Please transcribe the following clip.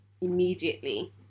immediately